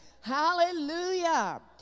hallelujah